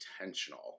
intentional